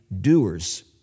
doers